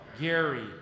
Gary